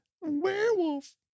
Werewolf